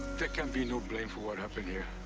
there can be no blame for what happened here.